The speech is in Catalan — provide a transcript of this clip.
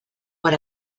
per